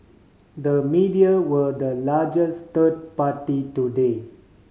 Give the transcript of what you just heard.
the media were the largest third party today